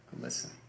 listen